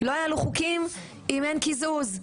לא יעלו חוקים אם אין קיזוז,